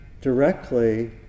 directly